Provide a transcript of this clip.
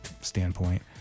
standpoint